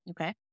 Okay